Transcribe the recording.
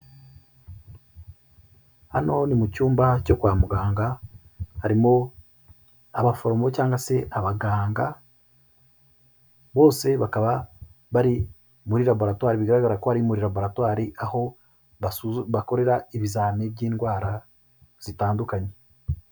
Hano ni mu cyumba cyo kwa muganga harimo abaforomo cyangwa se abaganga, bose bakaba bari muri laboratoire bigaragara ko ari muri laboratore, aho bakorera ibizamini by'indwara zitandukanye.